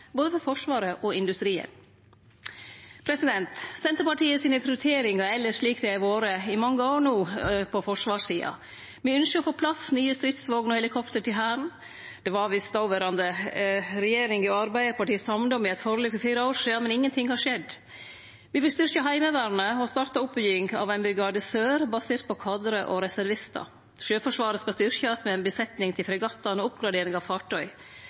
for både Forsvaret og industrien. Senterpartiet sine prioriteringar er elles slik dei har vore i mange år no på forsvarssida. Me ønskjer å få på plass nye stridsvogner og helikopter til Hæren. Det var visst dåverande regjering og Arbeidarpartiet samde om i eit forlik for fire år sidan, men ingenting har skjedd. Me vil styrkje Heimevernet og starte oppbygging av ein Brigade Sør, basert på kadrar og reservistar. Sjøforsvaret skal styrkjast med ei besetning til fregattane og oppgradering av fartøy.